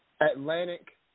Atlantic